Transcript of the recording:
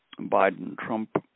Biden-Trump